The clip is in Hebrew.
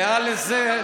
אצלך, מעל לזה,